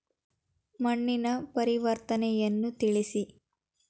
ಮಣ್ಣಿನ ಪರಿವರ್ತನೆಯನ್ನು ತಿಳಿಸಿ?